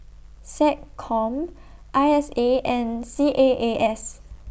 Seccom I S A and C A A S